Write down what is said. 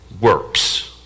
works